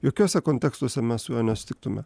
jokiuose kontekstuose mes jo nesutiktume